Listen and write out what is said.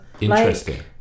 interesting